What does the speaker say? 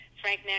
Frank